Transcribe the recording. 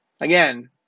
Again